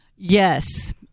Yes